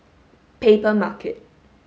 paper market